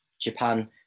Japan